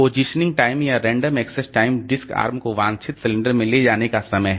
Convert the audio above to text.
positioning time या random access time disk arm को वांछित सिलेंडर में ले जाने का समय है